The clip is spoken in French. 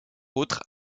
autres